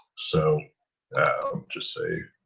so just say,